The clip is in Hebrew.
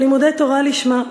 ולימודי תורה לשמה,